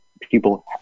people